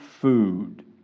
food